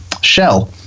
shell